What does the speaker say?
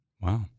Wow